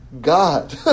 God